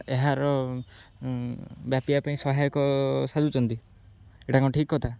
ଏହାର ବ୍ୟାପିବା ପାଇଁ ସହାୟକ ସାଜୁଛନ୍ତି ଏଇଟା କ'ଣ ଠିକ୍ କଥା